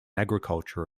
agriculture